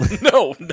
No